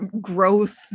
growth